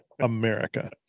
America